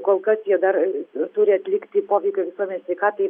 kol kas jie dar turi atlikti poveikio visuomenės sveikatai